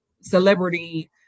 celebrity